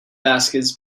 baskets